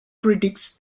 critics